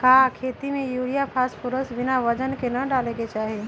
का खेती में यूरिया फास्फोरस बिना वजन के न डाले के चाहि?